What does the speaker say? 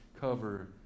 cover